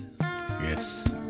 Yes